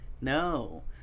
No